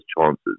chances